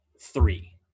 three